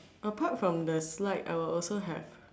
apart from the slide I will also have